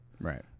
Right